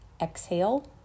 exhale